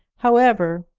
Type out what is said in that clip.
however,